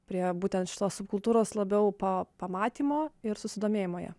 prie būtent šitos kultūros labiau pa pamatymo ir susidomėjimo ja